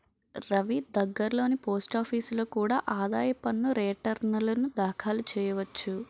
రవీ దగ్గర్లోని పోస్టాఫీసులో కూడా ఆదాయ పన్ను రేటర్న్లు దాఖలు చెయ్యొచ్చు